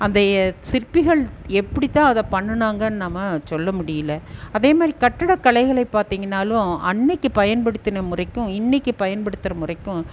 அதைய சிற்பிகள் எப்படிதான் பண்ணினாங்கன்னு நாம் சொல்ல முடியலை அதே மாதிரி கட்டடக் கலைகளை பார்த்தீங்கன்னாலும் அன்னிக்கு பயன்படுத்திய முறைக்கும் இன்னிக்கு பயன்படுத்துகிற முறைக்கும்